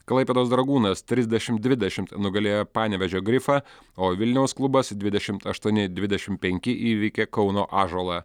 klaipėdos dragūnas trisdešimt dvidešimt nugalėjo panevėžio grifą o vilniaus klubas dvidešimt aštuoni dvidešim penki įveikė kauno ąžuolą